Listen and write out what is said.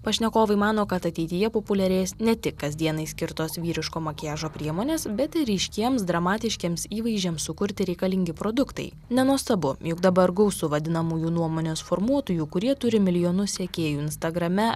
pašnekovai mano kad ateityje populiarės ne tik kasdienai skirtos vyriško makiažo priemonės bet ir ryškiems dramatiškiems įvaizdžiams sukurti reikalingi produktai nenuostabu juk dabar gausu vadinamųjų nuomonės formuotojų kurie turi milijonus sekėjų instagrame